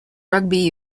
rugby